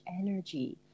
energy